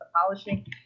polishing